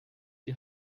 die